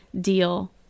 deal